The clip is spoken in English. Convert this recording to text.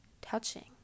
Touching